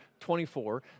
24